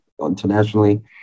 internationally